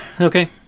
okay